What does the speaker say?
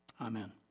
Amen